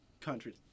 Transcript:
countries